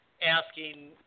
Asking